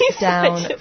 down